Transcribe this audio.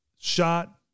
shot